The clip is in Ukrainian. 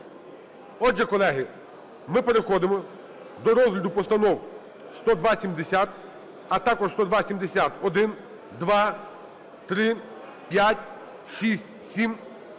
Отже, колеги, ми переходимо до розгляду постанов: 10270, а також 10270-1, -2, -3, -5, -6, -7.